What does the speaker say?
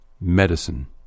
Medicine